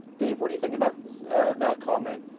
dave, what do you think about that comment?